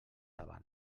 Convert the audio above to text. avant